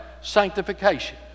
sanctification